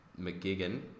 McGigan